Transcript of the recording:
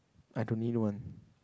I don't need one